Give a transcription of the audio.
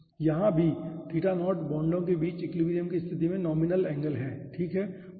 यहाँ भी theta naught बांडों के बीच इक्विलिब्रियम की स्तिथि में नॉमिनल एंगल है ठीक है